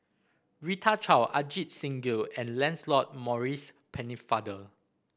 Rita Chao Ajit Singh Gill and Lancelot Maurice Pennefather